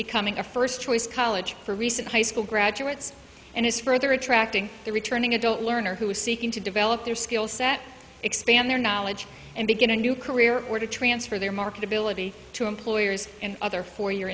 becoming a first choice college for recent high school graduates and is further attracting the returning adult learner who is seeking to develop their skill set expand their knowledge and begin a new career or to transfer their market ability to employers and other four y